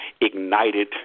ignited